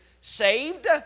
Saved